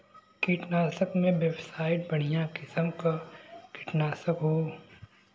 कीटनाशक में बोनाइट बढ़िया किसिम क कीटनाशक हौ